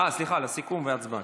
אה, סליחה, סיכום והצבעה.